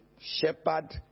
shepherd